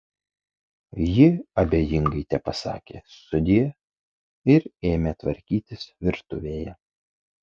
ji abejingai tepasakė sudie ir ėmė tvarkytis virtuvėje